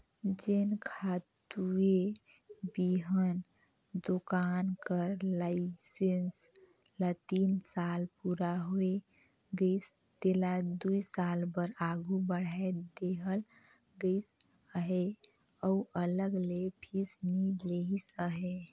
जेन खातूए बीहन दोकान कर लाइसेंस ल तीन साल पूरा होए गइस तेला दुई साल बर आघु बढ़ाए देहल गइस अहे अउ अलग ले फीस नी लेहिस अहे